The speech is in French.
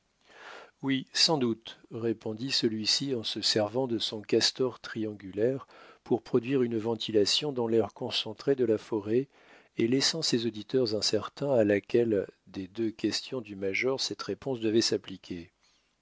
oui sans doute répondit celui-ci en se servant de son castor triangulaire pour produire une ventilation dans l'air concentré de la forêt et laissant ses auditeurs incertains à laquelle des deux questions du major cette réponse devait s'appliquer